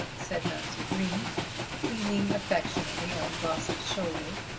said mounser green leaning affectionately on glossop's shoulder.